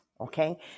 okay